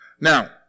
Now